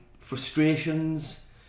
frustrations